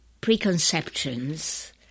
preconceptions